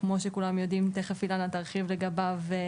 כמו שכולם יודעים ותכף אילנה תרחיב לגביו,